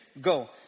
Go